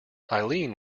eileen